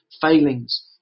failings